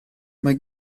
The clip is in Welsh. mae